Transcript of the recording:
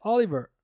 Oliver